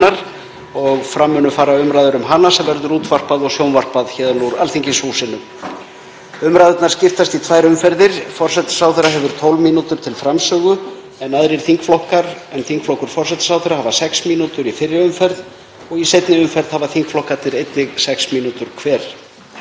og fram munu fara umræður um hana sem verður útvarpað og sjónvarpað héðan úr Alþingishúsinu. Umræðurnar skiptast í tvær umferðir. Forsætisráðherra hefur 12 mínútur til framsögu en aðrir þingflokkar en þingflokkur forsætisráðherra hafa sex mínútur í fyrri umferð og í seinni umferð hafa þingflokkarnir sex mínútur hver.